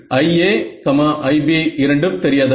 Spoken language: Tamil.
IA IB இரண்டும் தெரியாதவை